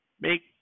make